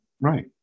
Right